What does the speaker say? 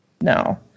No